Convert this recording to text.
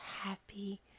happy